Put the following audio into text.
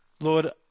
Lord